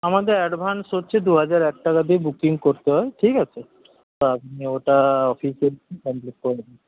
আমাদের অ্যাডভান্স হচ্ছে দুহাজার এক টাকা দিয়ে বুকিং করতে হয় ঠিক আছে আপনি ওটা অফিসে এসে কমপ্লিট করে দিন